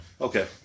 Okay